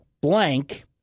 blank